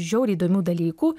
žiauriai įdomių dalykų